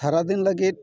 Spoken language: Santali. ᱥᱟᱨᱟ ᱫᱤᱱ ᱞᱟᱹᱜᱤᱫ